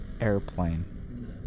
Airplane